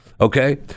okay